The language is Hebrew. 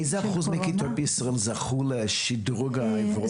איזה אחוז מהכיתות בישראל זכו לשדרוג האוורור?